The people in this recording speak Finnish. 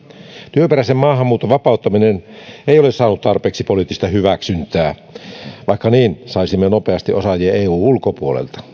työperäisen maahanmuuton vapauttaminen ei ole saanut tarpeeksi poliittista hyväksyntää vaikka niin saisimme nopeasti osaajia eun ulkopuolelta